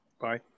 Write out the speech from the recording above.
bye